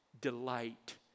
delight